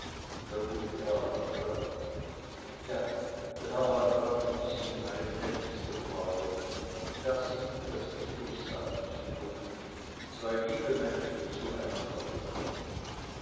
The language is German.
der gute herr landrat ja der herr landrat und sie meine gnädigste frau da sind das bitte ich sagen zu dürfen zwei liebe menschen zueinander gekommen